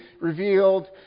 revealed